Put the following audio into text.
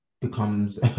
becomes